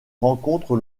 rencontre